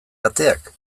ateak